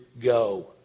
go